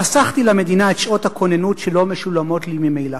חסכתי למדינה את שעות הכוננות שלא משולמות לי ממילא".